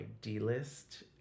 D-List